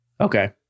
Okay